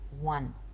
one